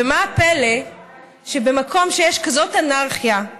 מה הפלא שבמקום שיש כזאת אנרכיה,